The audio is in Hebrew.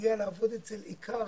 מגיע לעבוד אצל איכר